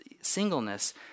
singleness